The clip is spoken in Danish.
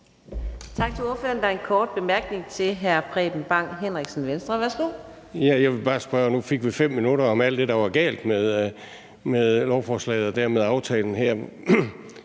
Tak til ordføreren. En kort bemærkning til hr. Preben Bang Henriksen, Venstre. Værsgo. Kl. 15:09 Preben Bang Henriksen (V): Nu fik vi 5 minutter om alt det, der er galt med lovforslaget og dermed aftalen her,